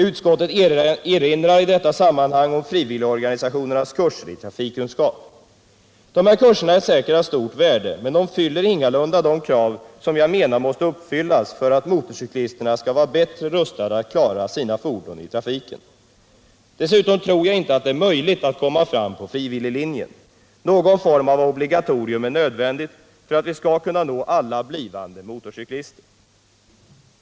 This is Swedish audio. Utskottet erinrar i detta sammanhang om frivilligorganisationernas kurser i trafikkunskap. Dessa kurser är säkert av stort värde, men de fyller ingalunda de krav 63 som jag menar måste uppställas för att motorcyklisterna skall vara bättre rustade att klara sina fordon i trafiken. Dessutom tror jag inte att det är möjligt att komma fram på frivilliglinjen. Någon form av obligatorium är nödvändigt för att vi skall kunna nå alla blivande motorcyklister.